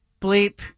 bleep